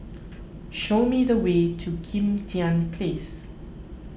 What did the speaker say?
show me the way to Kim Tian Place